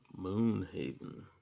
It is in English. Moonhaven